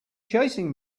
chasing